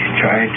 try